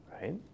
right